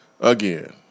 again